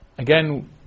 Again